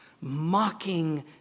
mocking